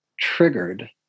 triggered